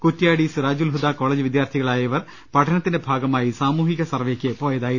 Kuttiadi Sirajul Huda college വിദ്യാർത്ഥികളായ ഇവർ പഠനത്തിന്റെ ഭാഗമായി സാമൂഹിക സർവ്വെയ്ക്ക് പോയതായിരുന്നു